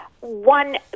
One